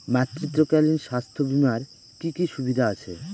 মাতৃত্বকালীন স্বাস্থ্য বীমার কি কি সুবিধে আছে?